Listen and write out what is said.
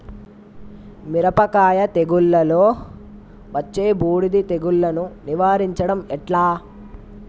మిరపకాయ తెగుళ్లలో వచ్చే బూడిది తెగుళ్లను నివారించడం ఎట్లా?